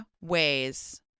ways